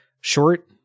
short